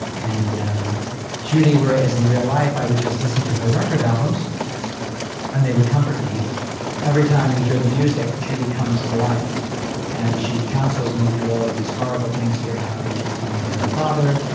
and judy, whereas in real life, i would just listen to her record albums and they would comfort me every time we hear the music. judy comes to life and she counsels me through all of these horrible things that are happening with my mother and father,